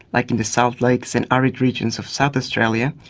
like in the south lakes and arid regions of south australia,